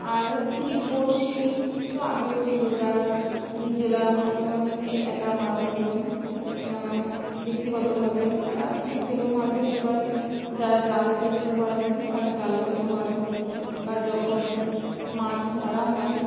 আর ছিপ বঁড়শি তো আগেও ছিল যারা নিজেরা মনে করেন যে একা মাছ ধরবেন ব্যক্তিগতভাবে তারা ছিপ ফেলেও মাছ ধরতে পারেন যারা জাল ফেলতে পারেন তারা জাল ফেলেও মাছ ধরেন বা যখন মাছ ধরা হয়